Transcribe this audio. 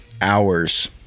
hours